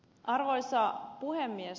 arvoisa puhemies